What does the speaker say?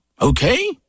Okay